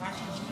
מה כן עובד?